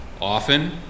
Often